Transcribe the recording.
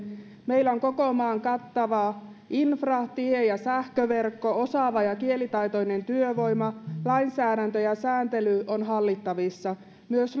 meillä on koko maan kattava infra tie ja sähköverkko sekä osaava ja kielitaitoinen työvoima ja lainsäädäntö ja sääntely ovat hallittavissa myös